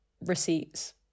receipts